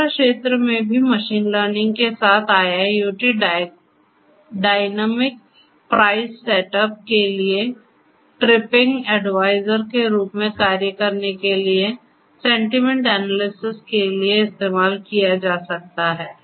यात्रा क्षेत्र में भी मशीन लर्निंग के साथ IIoT डायनेमिक प्राइस सेटअप के लिए ट्रिपिंग एडवाइजर के रूप में कार्य करने के लिए सेंटीमेंट एनालिसिस के लिए इस्तेमाल किया जा सकता है